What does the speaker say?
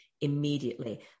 immediately